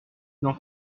n’en